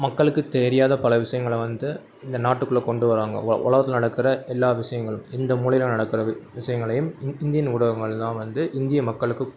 மக்களுக்கு தெரியாத பல விஷயங்களை வந்து இந்த நாட்டுக்குள்ளே கொண்டு வராங்க ஒ உலகத்துல நடக்கிற எல்லாம் விஷயங்களும் எந்த மூலையில் நடக்கிறது விஷயங்களையும் இந்தியன் ஊடகங்களெலாம் வந்து இந்திய மக்களுக்கு